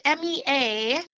MEA